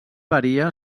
varia